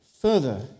further